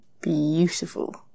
beautiful